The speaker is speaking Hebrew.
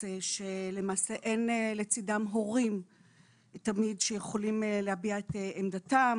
שלמעשה אין תמיד לצידם הורים שיכולים להביע את עמדתם.